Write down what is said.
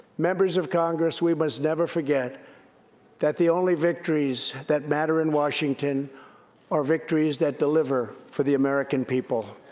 members of congress, we must never forget that the only victories that matter in washington are victories that deliver for the american people.